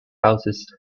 houses